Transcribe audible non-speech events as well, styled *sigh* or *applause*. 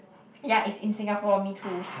*breath* ya it's in Singapore me too